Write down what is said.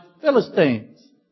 Philistines